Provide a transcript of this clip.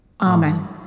Amen